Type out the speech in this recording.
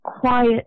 quiet